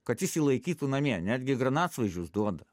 kad jis jį laikytų namie netgi granatsvaidžius duoda